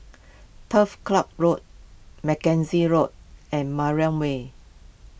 Turf Ciub Road Mackenzie Road and Mariam Way